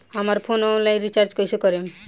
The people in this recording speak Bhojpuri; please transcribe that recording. हमार फोन ऑनलाइन रीचार्ज कईसे करेम?